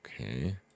Okay